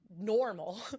normal